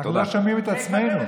לא שומעים את עצמנו.